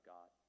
God